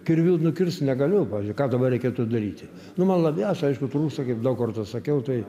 kirviu nukirst negaliu pavyzdžiui ką dabar reikėtų daryti nu man labiausiai aišku trūksta kaip daug kartų sakiau tai